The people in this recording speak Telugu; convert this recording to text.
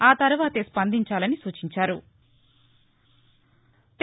ఆతర్వాతే స్పందించాలని సూచించారు